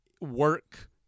work